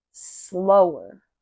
slower